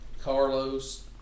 Carlos